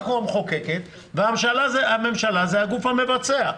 אנחנו הרשות המחוקקת והממשלה היא הגוף המבצע.